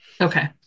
Okay